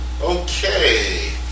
Okay